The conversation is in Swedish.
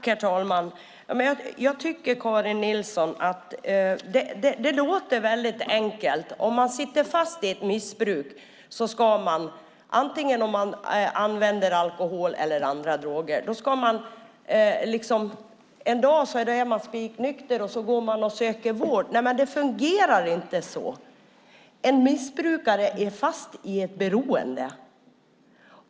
Herr talman! Det låter väldigt enkelt, Karin Nilsson. Man sitter fast i ett missbruk, vare sig man använder alkohol eller andra droger, och så en dag är man spiknykter och söker vård. Men det fungerar inte så. En missbrukare är fast i ett beroende.